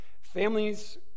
Families